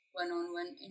one-on-one